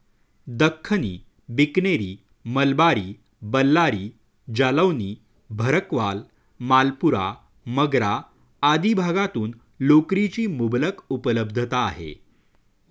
दख्खनी, बिकनेरी, मलबारी, बल्लारी, जालौनी, भरकवाल, मालपुरा, मगरा आदी भागातून लोकरीची मुबलक उपलब्धता आहे